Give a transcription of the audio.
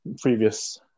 previous